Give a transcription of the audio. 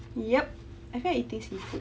yup I feel like eating seafood